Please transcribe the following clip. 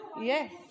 Yes